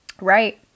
right